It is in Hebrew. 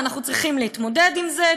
ואנחנו צריכים להתמודד עם זה,